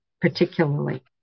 particularly